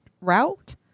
route